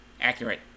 accurate